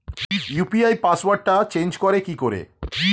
UPI পাসওয়ার্ডটা change করে কি করে?